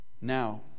Now